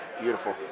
beautiful